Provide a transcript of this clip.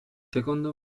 secondo